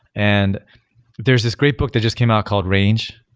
and there's this great book that just came out called range.